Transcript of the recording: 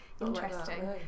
interesting